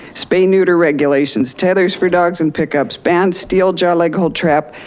spay, neuter regulations, tethers for dogs in pickups, ban steel jaw, leg hold trap,